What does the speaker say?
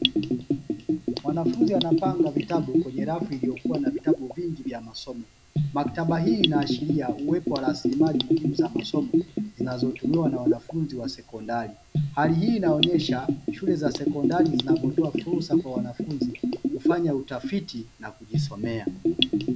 Mwanafunzi anapanga vitabu kwenye rafu iliyokuwa na vitabu vingi vya masomo, maktaba hii inaashiria uwepo wa rasilimali muhimu za masomo zinazotumiwa na wanafunzi wa sekondari. Hali hii inaonyesha shule za sekondari zinavyotoa fursa kwa wanafunzi kufanya utafiti na kujisomea.